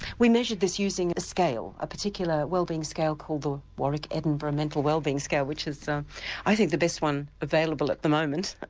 we measure this using a scale, a particular wellbeing scale called the warwick edinburgh mental wellbeing scale which is i think the best one available at the moment.